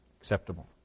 Acceptable